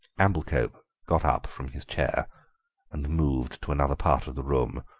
amblecope got up from his chair and moved to another part of the room.